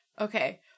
Okay